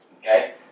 Okay